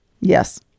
Yes